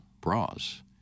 bras